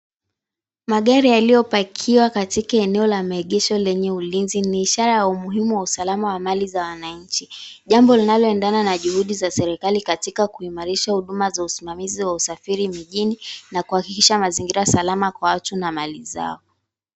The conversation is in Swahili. Magari yaliyopakiwa katika eneo la maegesho lenye ulinzi ni ishara ya umuhimu wa usalama wa mali za wananchi. Jambo linaloendana na juhudi za serikali katika kuimarisha huduma za usimamizi wa usafiri mjini, na kuhakikisha mazingira salama kwa watu na mali zao.